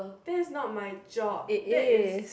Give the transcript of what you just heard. that is not my job that is